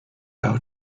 out